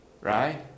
Right